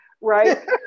Right